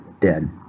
dead